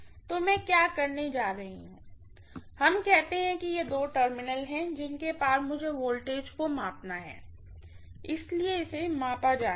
तो मैं क्या करने जा रही हूँ हम कहते हैं कि ये दो टर्मिनल हैं जिनके पार मुझे वोल्टेज को मापना है इसलिए इसे मापा जाना है